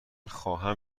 خواهم